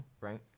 right